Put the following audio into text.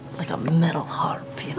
like a metal harp, you know.